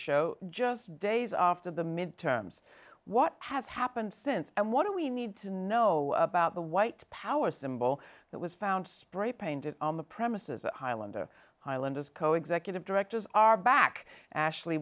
show just days after the midterms what has happened since and what do we need to know about the white power symbol that was found spray painted on the premises at highland highland as co executive directors are back ashley